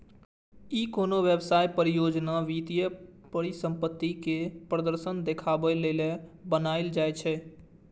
ई कोनो व्यवसाय, परियोजना, वित्तीय परिसंपत्ति के प्रदर्शन देखाबे लेल बनाएल जाइ छै